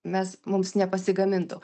mes mums nepasigamintų